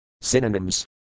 Synonyms